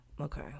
okay